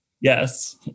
Yes